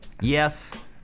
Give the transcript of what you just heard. Yes